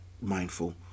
mindful